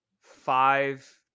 five